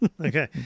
Okay